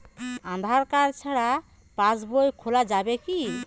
আধার card ছাড়া পাশবই খোলা যাবে কি?